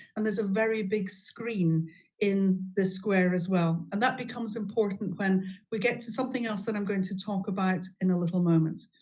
and there's a very big screen in the square as well. and that becomes important when we get to something else that i'm going to talk about in a little moment.